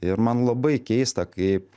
ir man labai keista kaip